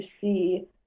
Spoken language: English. see